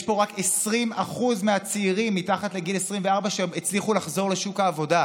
יש פה רק 20% מהצעירים מתחת לגיל 24 שהצליחו לחזור לשוק העבודה.